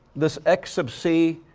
this x sub c,